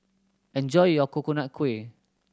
enjoy your Coconut Kuih